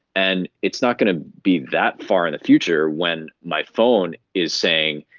and it's not going to be that far in the future when my phone is saying,